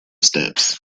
steps